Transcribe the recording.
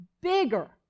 bigger